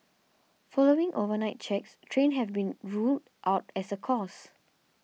following overnight checks trains have been ruled out as a cause